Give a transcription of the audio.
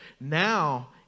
Now